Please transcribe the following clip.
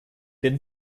den